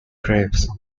graves